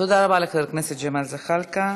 תודה רבה לחבר הכנסת ג'מאל זחאלקה.